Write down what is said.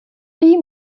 wie